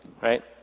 right